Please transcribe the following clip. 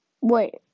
Wait